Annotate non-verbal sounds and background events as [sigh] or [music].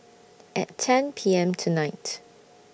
[noise] At ten P M tonight